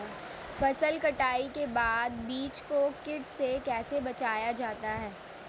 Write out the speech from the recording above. फसल कटाई के बाद बीज को कीट से कैसे बचाया जाता है?